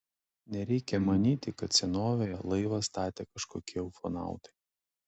nereikia manyti kad senovėje laivą statė kažkokie ufonautai